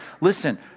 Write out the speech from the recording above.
Listen